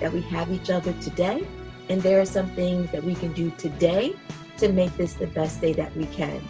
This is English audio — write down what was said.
that we have each other today and there are some things that we can do today to make this the best day that we can